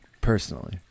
personally